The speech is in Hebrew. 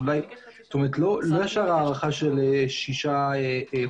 אולי זאת אומרת לא ישר הארכה של שישה חודשים.